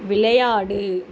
விளையாடு